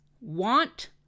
want